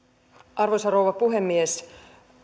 arvoisa rouva puhemies